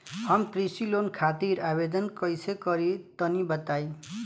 हम कृषि लोन खातिर आवेदन कइसे करि तनि बताई?